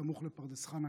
סמוך לפרדס חנה-כרכור.